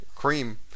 cream